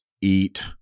eat